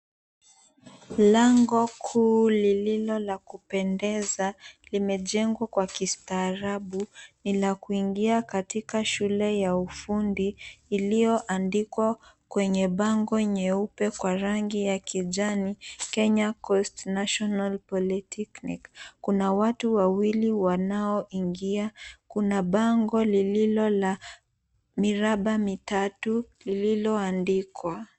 Lango kuu lililo la kupendeza, limejengwa kwa kistaarabu, ni la kuingia katika shule ya ufundi iliyoandikwa kwenye bango nyeupe kwa rangi ya kijani, Kenya Coast National Polytechnic. Kuna watu wawili wanaoingia, kuna bango lililo la miraba mitatu lililoandikwa.